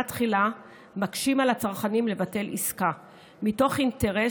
תחילה מקשים על הצרכנים לבטל עסקה מתוך אינטרס